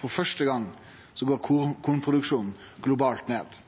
for første gong vil kornproduksjonen globalt gå ned.